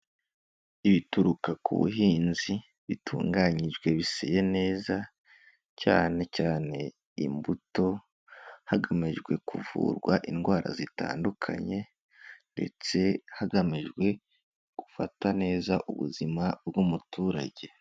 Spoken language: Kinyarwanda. Ibituruka ku buhinzi, bitunganyijwe biseye neza, cyane cyane imbuto, hagamijwe kuvurwa indwara zitandukanye ndetse hagamijwe gufata neza ubuzima bw'umuturage.